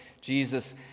Jesus